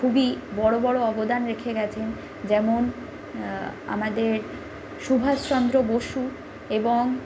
খুবই বড়ো বড়ো অবদান রেখে গেছেন যেমন আমাদের সুভাষচন্দ্র বসু এবং